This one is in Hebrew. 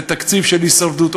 זה תקציב של הישרדות,